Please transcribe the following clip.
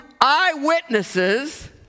eyewitnesses